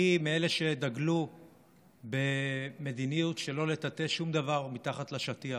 אני מאלה שדגלו במדיניות של לא לטאטא שום דבר מתחת לשטיח,